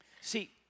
See